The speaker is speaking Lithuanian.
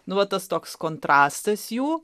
duotas toks kontrastas jų